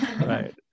right